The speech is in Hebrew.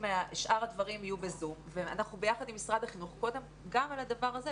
שאר הדברים יהיו ב-זום ואנחנו ביחד עם משרד החינוך גם על הדבר הזה.